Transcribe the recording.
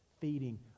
feeding